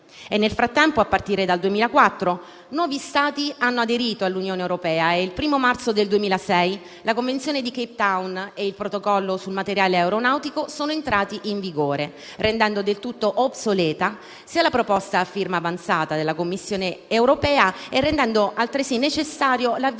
Nel frattempo, a partire dal 2004, nuovi Stati hanno aderito all'Unione europea e il 1° marzo 2006 la Convenzione di Cape Town e il Protocollo sul materiale aeronautico sono entrati in vigore, rendendo del tutto obsoleta la proposta di firma avanzata dalla Commissione europea e rendendo altresì necessario l'avvio di un procedimento